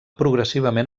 progressivament